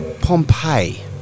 Pompeii